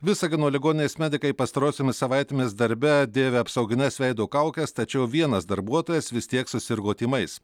visagino ligoninės medikai pastarosiomis savaitėmis darbe dėvi apsaugines veido kaukes tačiau vienas darbuotojas vis tiek susirgo tymais